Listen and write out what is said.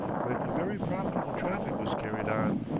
when a very profitable traffic was carried on,